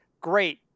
Great